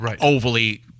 overly